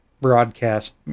broadcast